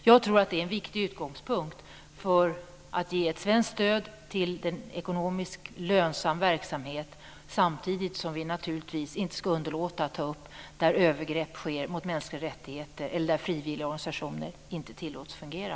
Jag tror att det är en viktig utgångspunkt för att ge svenskt stöd till en ekonomiskt lönsam verksamhet. Samtidigt skall vi naturligtvis inte underlåta att ta upp övergrepp mot mänskliga rättigheter eller problemet med att frivilliga organisationer inte tillåts fungera.